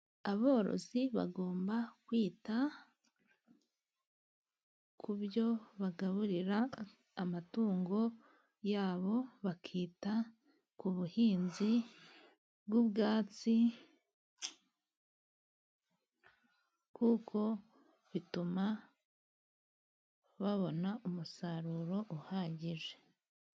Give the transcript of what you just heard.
Aborozi bagomba kwita ku byo bagaburira amatungo yabo, bakita ku buhinzi bw'ubwatsi kuko bituma babona umusaruro uhagije.